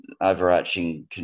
overarching